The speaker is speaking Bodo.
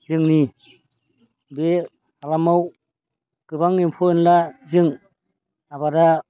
जोंनि बे हालामाव गोबां एम्फौ एनला जों आबादा